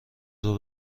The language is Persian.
ظهر